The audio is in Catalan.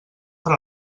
per